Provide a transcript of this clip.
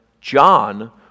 John